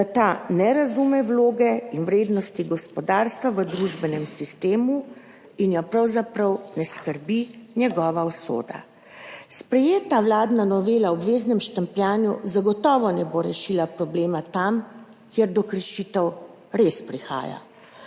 da ta ne razume vloge in vrednosti gospodarstva v družbenem sistemu in je pravzaprav ne skrbi njegova usoda. Sprejeta vladna novela o obveznem štempljanju zagotovo ne bo rešila problema tam, kjer do kršitev res prihaja.